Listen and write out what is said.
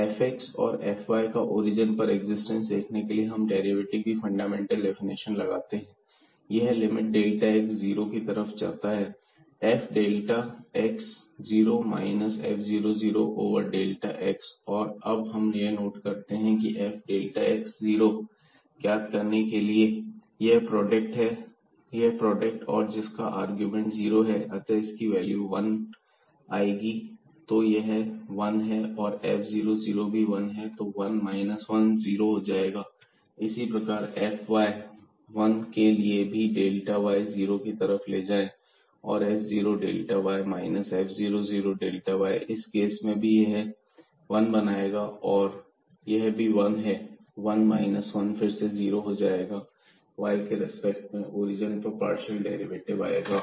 fx और fy का origin पर एक्जिस्टेंस देखने के लिए हम डेरिवेटिव की फंडामेंटल डेफिनेशन लगाते हैं अतः लिमिट डेल्टा x जीरो की तरफ जाता है f डेल्टा क् 0 minus f00 over delta x और अब हम नोट करते हैं कि यह f डेल्टा x 0 ज्ञात करने के लिए यह प्रोडक्ट और जिसका आर्गुमेंट जीरो है अतः इसकी वैल्यू वन आएगी तो यह वन है और f00 भी वन है तो वन माइनस वन यह शून्य हो जाएगा इसी प्रकार fy1 के लिए भी डेल्टा y जीरो की तरफ ले जाएं और f0 delta y minus f00 delta y इस केस में भी यह बनाएगा और यह भी वन है तो 1 माइनस 1 फिर से जीरो हो जाएगा और y के रिस्पेक्ट में ओरिजन पर यह पार्शियल डेरिवेटिव आएगा